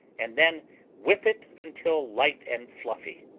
and then whip it until light and fluffy.